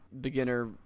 beginner